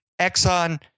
Exxon